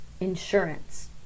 insurance